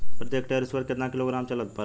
प्रति हेक्टेयर स्फूर केतना किलोग्राम परेला?